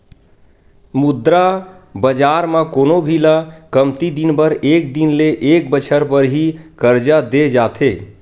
मुद्रा बजार म कोनो भी ल कमती दिन बर एक दिन ले एक बछर बर ही करजा देय जाथे